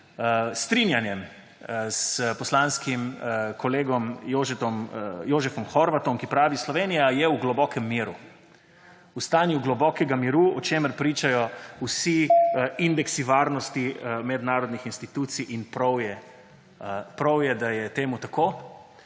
strinjanjem s poslanskim kolegom Jožefom Horvatom, ki pravi – Slovenija je v globokem miru, v stanju globokega miru, o čemer pričajo vsi indeksi varnosti mednarodnih institucij; in prav je, da je temu tako.